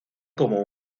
como